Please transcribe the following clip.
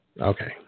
Okay